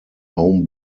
home